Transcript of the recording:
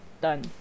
done